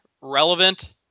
relevant